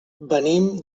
venim